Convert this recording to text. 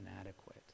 inadequate